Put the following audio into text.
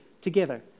together